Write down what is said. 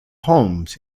homes